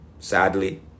Sadly